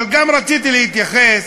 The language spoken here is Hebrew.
אבל גם רציתי להתייחס,